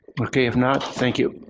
ok, if not, thank you.